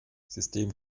system